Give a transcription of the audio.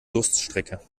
durststrecke